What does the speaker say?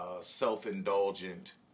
self-indulgent